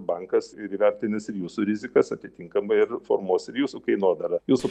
bankas ir įvertinęs ir jūsų rizikas atitinkamai ir formuos ir jūsų kainodarą jūsų